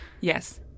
yes